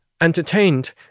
entertained